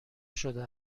شده